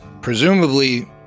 presumably